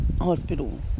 Hospital